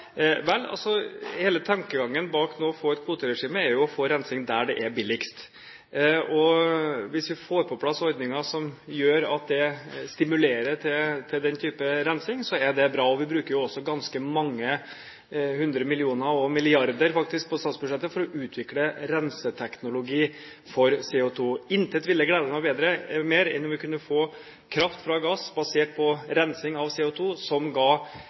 Hele tankegangen bak et kvoteregime er å få rensing der det er billigst. Hvis vi får på plass ordninger som gjør at det stimulerer til den type rensing, er det bra. Vi bruker jo også ganske mange hundre millioner, og milliarder faktisk, på statsbudsjettet for å utvikle renseteknologi for CO2. Intet ville glede meg mer enn om vi kunne få kraft fra gass basert på rensing av CO2, som ga